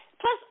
Plus